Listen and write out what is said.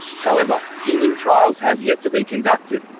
however, human trials have yet to be conducted.